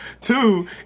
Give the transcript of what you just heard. Two